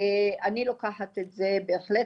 אני לוקחת את זה, בהחלט,